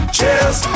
Cheers